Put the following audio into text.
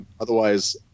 otherwise